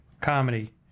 Comedy